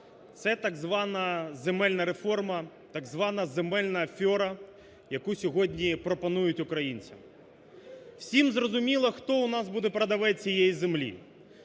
це так звана земельна реформа, так звана земельна афера, яку сьогодні пропонують українцям. Всім зрозуміло, хто у нас буде продавець цієї землі.